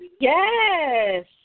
Yes